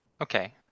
okay